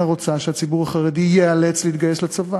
רוצה שהציבור החרדי ייאלץ להתגייס לצבא,